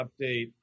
update